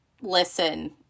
listen